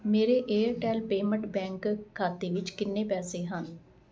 ਮੇਰੇ Airtel payments bank ਖਾਤੇ ਵਿੱਚ ਕਿੰਨੇ ਪੈਸੇ ਹਨ